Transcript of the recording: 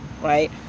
right